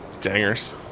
Dangers